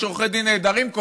יש עורכי דין נהדרים,